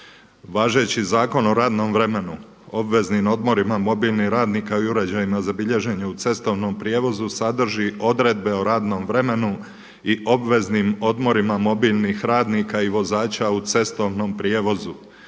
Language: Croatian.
Važeći zakon o radnom vremenu, obveznim odmorima mobilnih radnika i uređajima za bilježenje u cestovnom prijevozu sadrži odredbe o radnom vremenu i obveznim odmorima mobilnih radnika i vozača u cestovnom prijevozu,